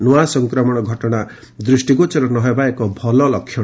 ନୂଆ ସଂକ୍ରମଣ ଘଟଣା ଦୃଷ୍ଟିଗୋଚର ନ ହେବା ଏକ ଭଲ ଲକ୍ଷଣ